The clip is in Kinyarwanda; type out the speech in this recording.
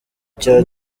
cya